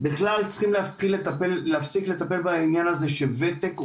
בכלל צריכים להפסיק לטפל בדבר הזה של ותק,